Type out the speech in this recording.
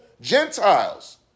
Gentiles